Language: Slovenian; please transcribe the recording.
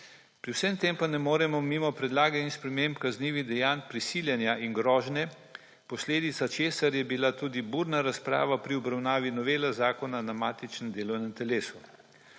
Pri vsem tem pa ne moremo mimo predlaganih sprememb kaznivih dejanj prisiljenja in grožnje, posledica česar je bila tudi burna razprava pri obravnavi novele zakona na matičnem delovnem telesu.